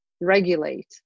regulate